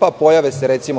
se pojave